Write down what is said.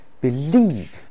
believe